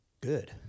good